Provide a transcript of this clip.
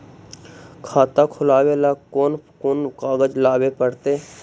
खाता खोलाबे ल कोन कोन कागज लाबे पड़तै?